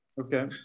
okay